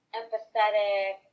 empathetic